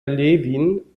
levin